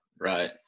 right